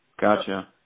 Gotcha